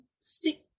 stick